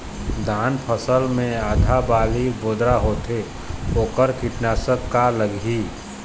धान फसल मे आधा बाली बोदरा होथे वोकर कीटनाशक का लागिही?